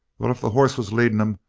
well, if the hoss was leading em,